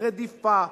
רדיפה,